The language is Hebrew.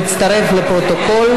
להוסיף את ההצבעה שלי,